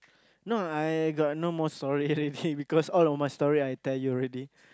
no I got no more story already because all of my story I tell you already